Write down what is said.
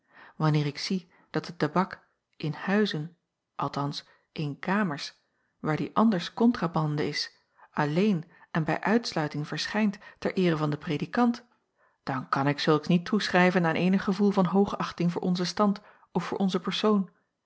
anneer ik zie dat de tabak in huizen althans in kamers waar die anders kontrabande is alleen en bij uitsluiting verschijnt ter eere van den predikant dan kan ik zulks niet toeschrijven aan eenig gevoel van hoogachting voor onzen stand of voor onze persoon